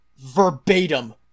verbatim